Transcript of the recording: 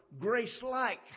grace-like